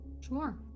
sure